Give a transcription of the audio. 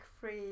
free